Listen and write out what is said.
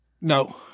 No